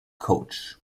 coach